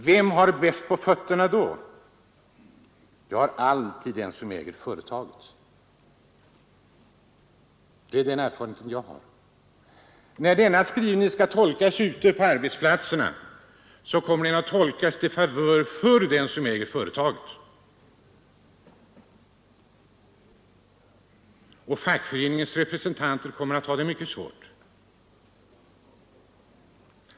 Vem har bäst på fötterna då? Det har alltid den som äger företaget. Det är den erfarenhet jag har. När denna skrivning skall tolkas ute på arbetsplatserna kommer den att tolkas till förmån för den som äger företaget, och fackföreningens representanter kommer att få det mycket svårt.